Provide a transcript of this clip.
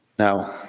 Now